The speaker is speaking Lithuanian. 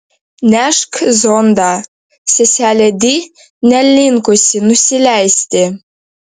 nešk zondą seselė di nelinkusi nusileisti